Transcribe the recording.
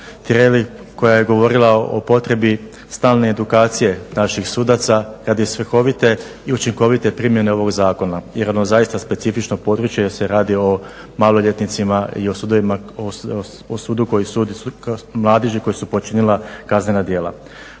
Tireli koja je govorila o potrebi stalne edukacije naših sudaca radi svrhovite i učinkovite primjene ovog Zakona, jedno zaista specifično područje jer se radi o maloljetnicima i o sudu koji sudi mladeži koja